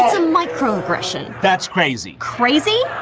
a micro aggression that's crazy crazy.